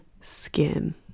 skin